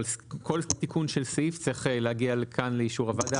אבל כל תיקון של סעיף צריך להגיע לכאן לאישור הוועדה.